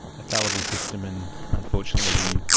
a fallible system and unfortunately,